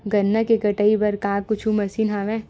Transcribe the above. गन्ना के कटाई बर का कुछु मशीन हवय?